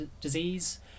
disease